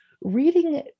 reading